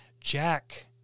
Jack